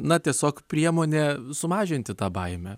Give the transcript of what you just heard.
na tiesiog priemonė sumažinti tą baimę